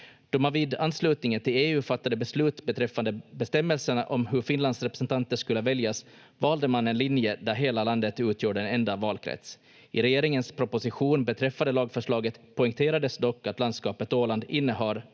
Då man vid anslutningen till EU fattade beslut beträffande bestämmelserna om hur Finlands representanter skulle väljas, valde man en linje där hela landet utgjorde en enda valkrets. I regeringens proposition beträffande lagförslaget poängterades dock att landskapet Åland innehar